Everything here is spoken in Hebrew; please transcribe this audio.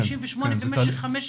58 במשך שלוש שנים?